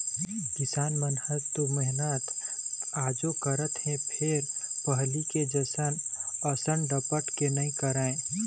किसान मन ह मेहनत तो आजो करत हे फेर पहिली के जमाना असन डपटके नइ राहय